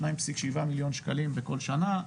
שניים פסיק שבעה מיליון שקלים בכל שנה.